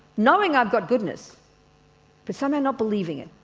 knowing i've got goodness but somehow not believing it.